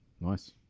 Nice